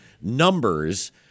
numbers